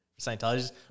Scientologists